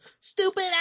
stupid